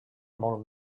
molt